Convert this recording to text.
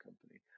company